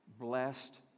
blessed